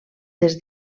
des